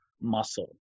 muscle